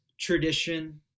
tradition